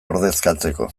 ordezkatzeko